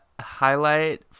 highlight